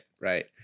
right